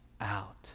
out